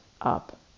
up